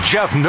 Jeff